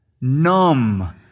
numb